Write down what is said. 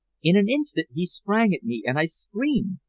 in an instant he sprang at me, and i screamed.